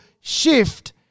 shift